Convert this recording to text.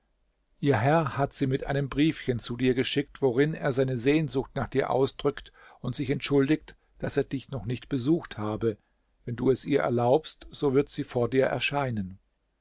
ihr herr hat sie mit einem briefchen zu dir geschickt worin er seine sehnsucht nach dir ausdrückt und sich entschuldigt daß er dich noch nicht besucht habe wenn du es ihr erlaubst so wird sie vor dir erscheinen